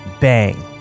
bang